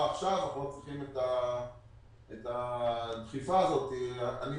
לסיוע בשכר דירה